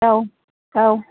औ औ